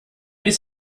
just